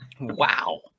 Wow